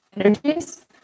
energies